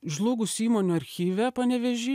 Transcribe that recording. žlugusių įmonių archyve panevėžy